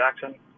Jackson